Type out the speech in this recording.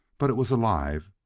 but it was alive!